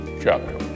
chapter